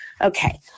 Okay